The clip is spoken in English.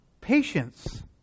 Patience